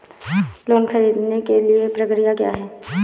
Loan ख़रीदने के लिए प्रक्रिया क्या है?